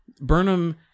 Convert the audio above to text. burnham